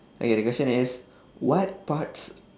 okay the question is what parts